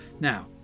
Now